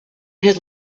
his